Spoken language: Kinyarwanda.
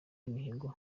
imihigo